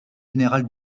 général